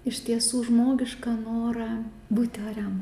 iš tiesų žmogišką norą būti oriam